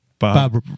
Bob